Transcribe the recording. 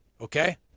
Okay